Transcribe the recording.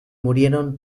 murieron